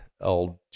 old